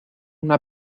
una